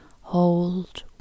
hold